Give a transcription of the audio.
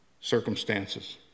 circumstances